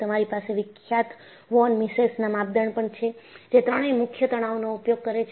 તમારી પાસે વિખ્યાત વોન મિસેસના માપદંડ પણ છે જે ત્રણેય મુખ્ય તણાવ નો ઉપયોગ કરે છે